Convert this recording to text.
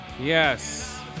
Yes